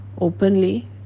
openly